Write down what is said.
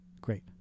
Great